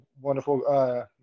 wonderful